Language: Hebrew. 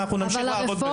ואנחנו נמשיך לעבוד בזה.